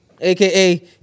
aka